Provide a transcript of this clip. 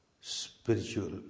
spiritual